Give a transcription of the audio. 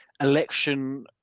election